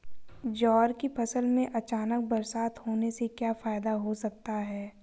ज्वार की फसल में अचानक बरसात होने से क्या फायदा हो सकता है?